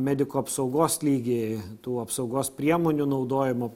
medikų apsaugos lygiai tų apsaugos priemonių naudojimo